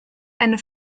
eine